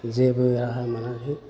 जेबो राहा मोनाखै